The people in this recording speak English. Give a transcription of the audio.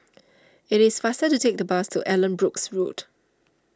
it is faster to take the bus to Allanbrooke's Road